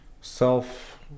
self